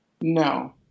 No